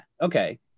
okay